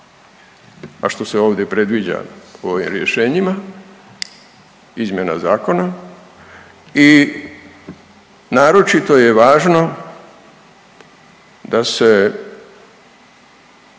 a što se ovdje predviđa u ovim rješenjima izmjena zakona i naročito je važno da se